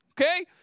okay